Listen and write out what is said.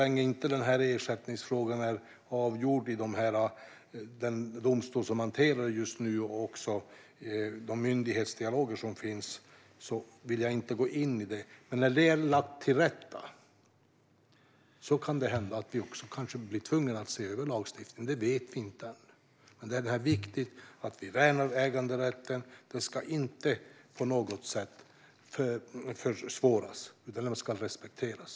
Men så länge ersättningsfrågan inte är avgjord i den domstol som just nu hanterar den och så länge myndighetsdialogerna pågår vill jag inte gå in i det här. När detta är lagt till rätta kan det hända att vi blir tvungna att se över lagstiftningen. Det vet vi inte än. Men det är viktigt att vi värnar äganderätten. Den ska inte på något sätt försvåras utan ska respekteras.